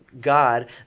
God